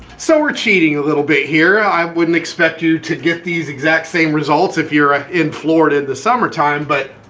so we're cheating a little bit here. i wouldn't expect you to get these exact same results if you're in florida in the summertime. but